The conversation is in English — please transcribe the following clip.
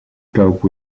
cope